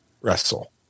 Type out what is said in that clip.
wrestle